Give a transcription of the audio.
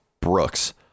Brooks